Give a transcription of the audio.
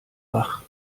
wach